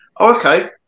Okay